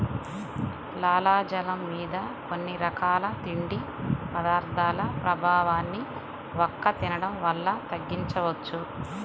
లాలాజలం మీద కొన్ని రకాల తిండి పదార్థాల ప్రభావాన్ని వక్క తినడం వల్ల తగ్గించవచ్చు